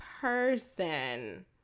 person